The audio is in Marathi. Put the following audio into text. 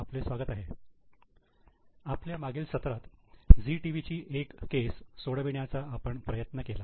आपल्या मागील सत्रात झी टीव्ही ची एक केस सोडविण्याचा आपण प्रयत्न केला